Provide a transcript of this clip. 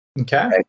Okay